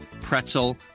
pretzel